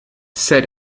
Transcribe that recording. said